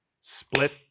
split